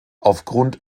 aufgrund